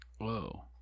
whoa